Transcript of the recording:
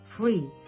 free